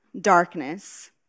darkness